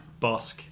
Bosk